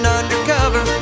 undercover